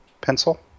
pencil